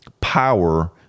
power